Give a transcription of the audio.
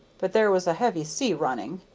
but there was a heavy sea running,